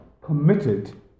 committed